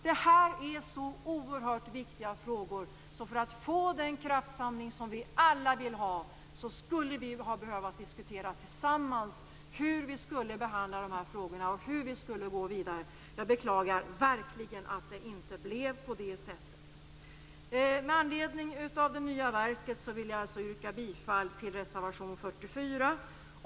Detta är så oerhört viktiga frågor att vi för att få den kraftsamling som vi alla vill ha skulle ha behövt diskutera tillsammans hur vi skulle behandla frågorna och gå vidare. Jag beklagar verkligen att det inte blev på det sättet. Vad gäller det nya verket vill jag alltså yrka bifall till reservation 44.